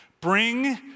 Bring